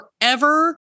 forever